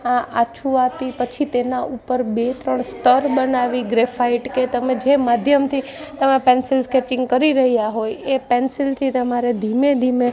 આ આછું આપી પછી તેના ઉપર બે ત્રણ સ્તર બનાવી ગ્રેફાઇટ કે તમે જે માધ્યમથી તમે પેન્સિલ સ્કેચિંગ કરી રહ્યા હોય એ પેન્સિલથી તમારે ધીમે ધીમે